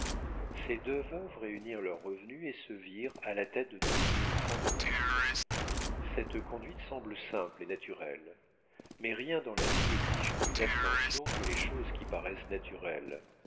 ces deux veuves réunirent leurs revenus et se virent à la tête de douze mille francs de rente cette conduite semble simple et naturelle mais rien dans la vie n'exige plus d'attention que les choses qui paraissent naturelles